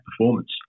performance